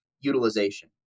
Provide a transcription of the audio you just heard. utilization